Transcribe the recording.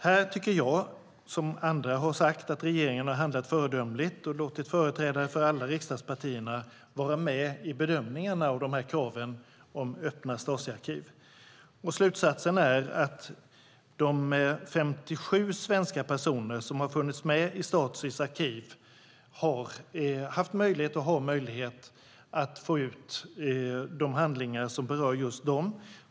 Här tycker jag, som andra har sagt, att regeringen har handlat föredömligt och låtit företrädare för alla riksdagspartier vara med i bedömningarna av de här kraven på att öppna Stasiarkiven. Slutsatsen är att de 57 svenska personer som har funnits med i Stasis arkiv har haft möjlighet och har möjlighet att få ut de handlingar som berör just dem.